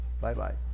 Bye-bye